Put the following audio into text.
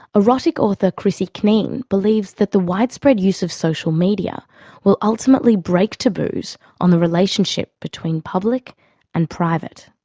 erotic author krissy kneen believes that the widespread use of social media will ultimately break taboos on the relationship between public and private.